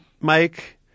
Mike